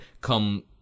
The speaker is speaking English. come